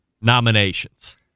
nominations